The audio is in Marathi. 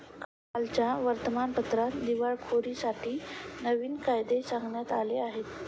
कालच्या वर्तमानपत्रात दिवाळखोरीसाठी नवीन कायदे सांगण्यात आले आहेत